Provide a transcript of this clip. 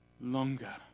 longer